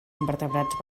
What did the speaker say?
invertebrats